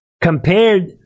compared